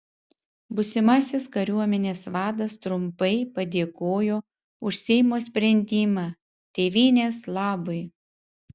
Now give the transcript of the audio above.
būsimasis kariuomenės vadas trumpai padėkojo už seimo sprendimą tėvynės labui